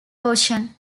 ocean